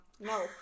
No